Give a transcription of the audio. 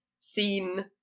seen